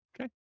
Okay